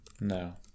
No